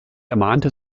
ermahnte